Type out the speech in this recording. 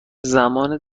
زمان